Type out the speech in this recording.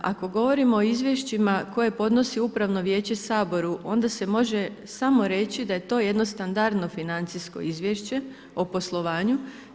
Ako govorimo o izvješćima koje podnosi upravno vijeće Saboru onda se može samo reći da je to jedno standardno financijsko izvješće o poslovanju.